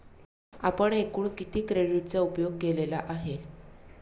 आपण एकूण किती क्रेडिटचा उपयोग केलेला आहे?